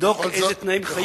תבדוק באיזה תנאים חיים.